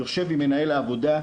יושב עם מנהל העבודה,